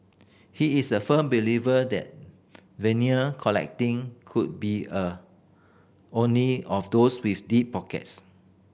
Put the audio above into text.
he is a firm believer that vinyl collecting could be a only of those with deep pockets